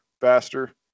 faster